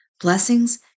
Blessings